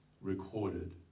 recorded